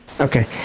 Okay